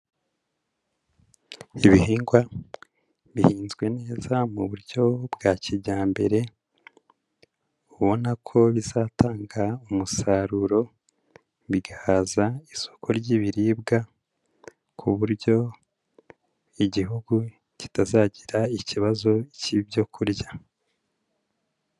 Ibihingwa bihinzwe neza mu buryo bwa kijyambere ubona ko bizatanga umusaruro bigahaza isoko ry'ibiribwa ku buryo igihugu kitazagira ikibazo cy'ibyo kurya.